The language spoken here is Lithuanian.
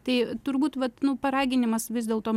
tai turbūt vat nu paraginimas vis dėl to